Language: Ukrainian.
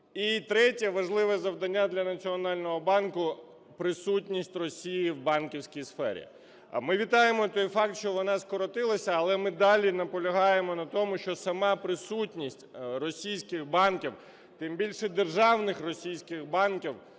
І третє, важливе завдання для Національного банку – присутність Росії в банківській сфері. Ми вітаємо той факт, що вона скоротилася, але ми далі наполягаємо на тому, що сама присутність російських банків, тим більше державних російських банків